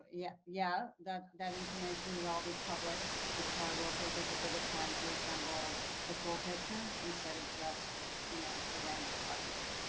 yeah yeah, that, that information will all be public. it probably will take us a bit of time to assemble the full picture instead of just yeah the ranch part of it.